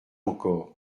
encore